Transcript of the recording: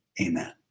amen